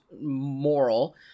moral